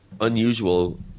unusual